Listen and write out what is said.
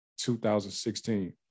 2016